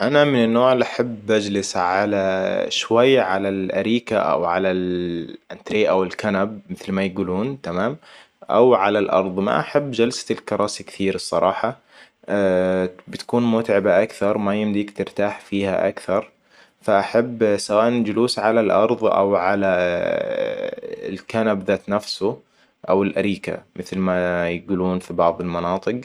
أنا من النوع اللي احب اجلس على شوي على الأريكة او على الأنتريه او الكنب مثل ما يقولون تمام أو على الأرض ما احب جلسة الكراسي كثير الصراحة. بتكون متعبة اكثر ما يمديك ترتاح فيها اكثر. فأحب سواء جلوس علي الأرض او علي الكنب ذات نفسه او علي الأريكه مثل ما يقولون في بعض المناطق.